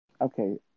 Okay